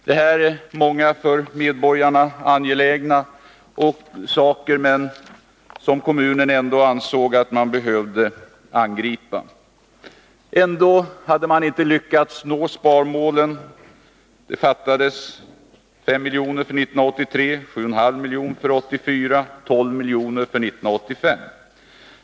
Det var många för medborgarna angelägna saker som kommunen ändå ansåg att man behövde angripa. Trots detta hade man inte lyckats nå sparmålen, utan det fattades 5 milj.kr. för 1983, 7,5 milj.kr. för 1984 och 12 milj.kr. för 1985.